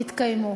יתקיימו.